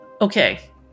Okay